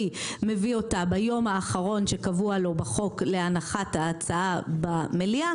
מביא אותה ביום האחרון שקבוע לו בחוק להנחת ההצעה במליאה,